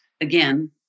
again